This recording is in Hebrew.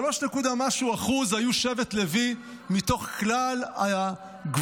3% נקודה משהו היו שבט לוי מתוך כלל הגברים